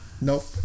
Nope